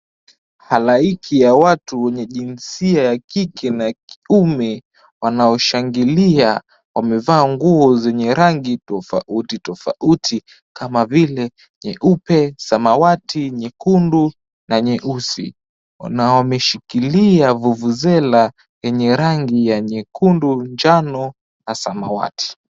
Halaiki ya watu wenye jinsia ya kike na kiume wanaoshangilia, wamevaa nguo zenye rangi tofauti tofauti kama vile nyeupe, samawati, nyekundu na nyeusi na wameshikilia vuvuzela yenye rangi ya nyekundu, njano na samawati.